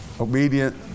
obedient